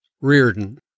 Reardon